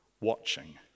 watching